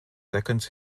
second